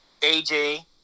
AJ